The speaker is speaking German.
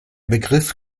begriff